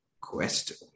question